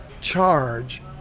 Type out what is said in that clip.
charge